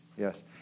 Yes